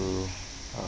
uh